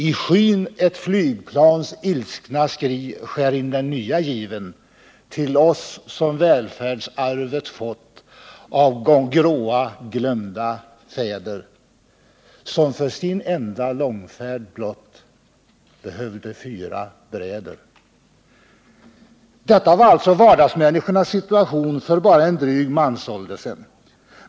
I skyn ett flygplans ilskna skri skär in den nya given för oss, som välfärdsarvet fått av gråa, glömda fäder, som för sin enda långfärd blott behövde fyra bräder. Detta var alltså vardagsmänniskornas situation för bara en dryg mansålder sedan.